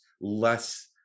less